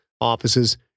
offices